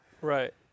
Right